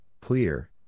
clear